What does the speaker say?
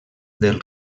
del